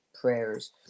prayers